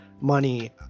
money